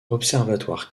observatoire